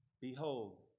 Behold